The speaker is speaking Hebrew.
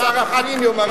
שר הפנים יאמר את דברו,